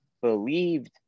believed